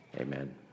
Amen